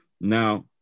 now